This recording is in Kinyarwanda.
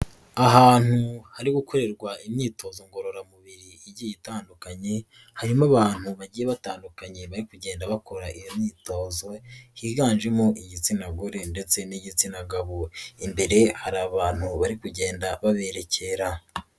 Ahantu hari gukorerwa imyitozo ngororamubiri igiye itandukanye, harimo abantu bagiye batandukanye bari kugenda bakora iyo myitozo, higanjemo igitsina gore ndetse n'igitsina gabo, imbere hari abantu bari kugenda baberekera.